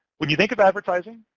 when you think of advertising,